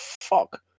fuck